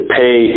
pay